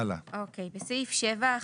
בסעיף 7,